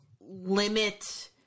limit